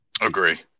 Agree